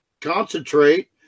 concentrate